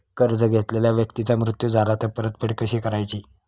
कर्ज घेतलेल्या व्यक्तीचा मृत्यू झाला तर परतफेड कशी करायची?